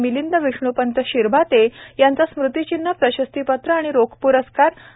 मिलींद विष्ण्पंत शिरभाते यांचा स्मृतिचिन्ह प्रशस्तीपत्र आणि रोख प्रस्कार रू